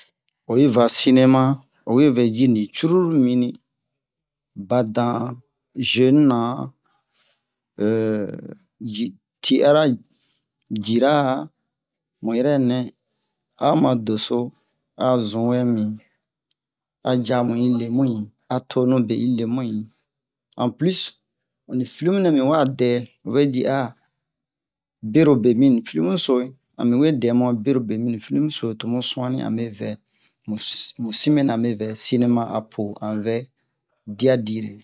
oyi va sinema owe vɛ ji nin curulu mini badan jeunes nan ti'ara ji- ti'ara jira mu yɛrɛ nɛ a o ma doso a zun wɛ min a jamu i lemu'in a tonu be i lemu'in en plus ni film munɛ min wa dɛ o vɛ ji a berobe min nin film so'o ami we dɛ mu berobe mi nin film so'o tomu su'anni ame vɛ mu mu sin mɛna a mɛ vɛ sinema apo an vɛ diya dire